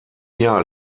jahr